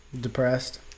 Depressed